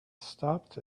stopped